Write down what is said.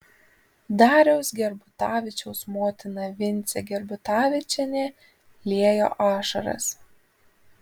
dariaus gerbutavičiaus motina vincė gerbutavičienė liejo ašaras